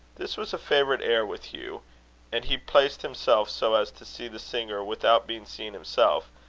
this was a favourite air with hugh and he placed himself so as to see the singer without being seen himself,